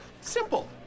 simple